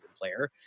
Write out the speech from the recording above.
player